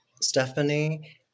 Stephanie